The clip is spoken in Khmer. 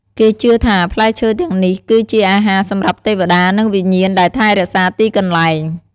គេជឿថាផ្លែឈើទាំងនេះគឺជា អាហារសម្រាប់ទេវតា និងវិញ្ញាណដែលថែរក្សាទីកន្លែង។